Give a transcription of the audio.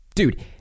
Dude